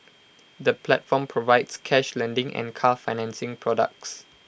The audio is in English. the platform provides cash lending and car financing products